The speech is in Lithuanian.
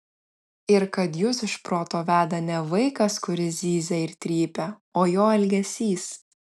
ir kad jus iš proto veda ne vaikas kuris zyzia ir trypia o jo elgesys